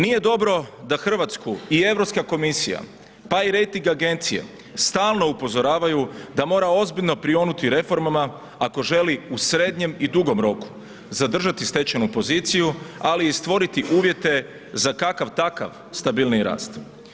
Nije dobro da Hrvatsku i Europska komisija, pa i rejting agencije, stalno upozoravaju da mora ozbiljno prionuti reformama, ako želi u srednjem i dugom roku, zadržati stečajnu poziciju, ali i stvoriti uvjete, za kakav takav stabilniji rast.